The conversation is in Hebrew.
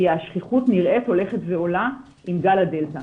כי נראה שהשכיחות הולכת ועולה עם גל הדלתא.